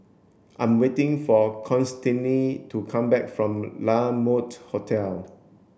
I'm waiting for Constantine to come back from La Mode Hotel